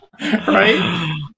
right